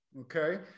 okay